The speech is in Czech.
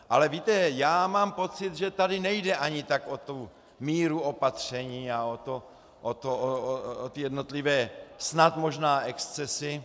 Ale víte, já mám pocit, že tady nejde ani tak o tu míru opatření a o ty jednotlivé snad možná excesy.